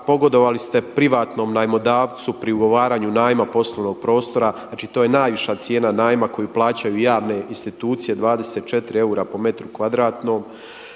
pogodovali ste privatnom najmodavcu pri ugovaranju najma poslovnog prostora, znači to je najviša cijena najma koju plaćaju javne institucije 24 eura po metru kvadratnom.